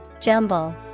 Jumble